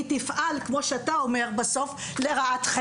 היא תפעל כמו שאתה אומר בסוף לרעתכם.